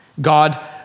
God